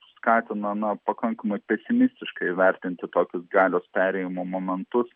skatina na pakankamai pesimistiškai įvertinti tokius galios perėjimo momentus